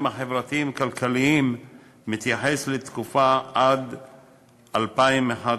החברתיים-כלכליים מתייחס לתקופה עד 2011,